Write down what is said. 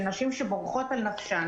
של נשים שבורחות על נפשן